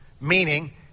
Meaning